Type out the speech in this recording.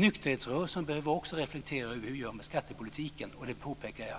Nykterhetsrörelsen behöver också reflektera över hur vi gör med skattepolitiken, och det påpekar jag.